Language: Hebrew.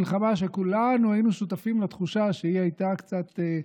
המלחמה שכולנו היינו שותפים לתחושה שהיא הייתה קצת,